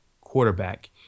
quarterback